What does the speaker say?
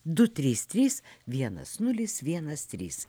du trys trys vienas nulis vienas trys